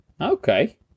Okay